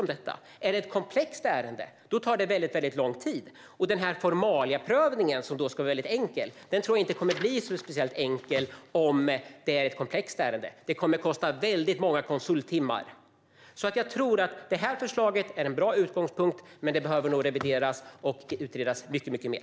Är det ett komplext ärende tar det lång tid. Formaliaprövningen, som ska vara enkel, tror jag inte blir speciellt enkel om det är ett komplext ärende, utan det kommer att kosta många konsulttimmar. Förslaget är en bra utgångspunkt, men det behöver revideras och utredas mycket mer.